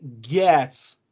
get